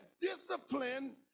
discipline